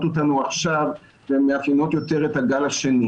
אותנו עכשיו והן מאפיינות יותר את הגל השני.